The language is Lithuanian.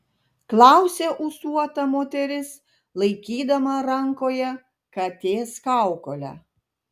klausia ūsuota moteris laikydama rankoje katės kaukolę